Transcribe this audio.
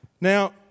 Now